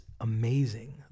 amazing